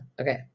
Okay